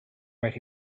right